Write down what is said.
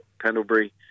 Pendlebury